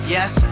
Yes